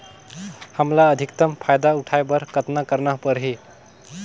हमला अधिकतम फायदा उठाय बर कतना करना परही?